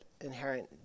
inherent